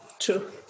true